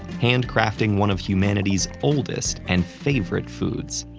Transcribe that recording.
hand crafting one of humanity's oldest and favorite foods.